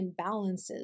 imbalances